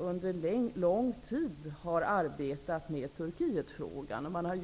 Under lång tid har Sverige i Europarådet och bilateralt arbetat med Turkietfrågan. Turkiet